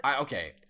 Okay